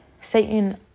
Satan